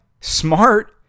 smart